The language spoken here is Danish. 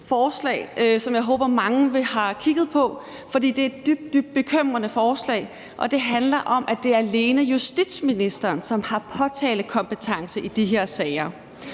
forslag, som jeg håber mange har kigget på, fordi der er et dybt, dybt bekymrende forslag. Det handler om, at det alene er justitsministeren, som har påtalekompetence i de her sager.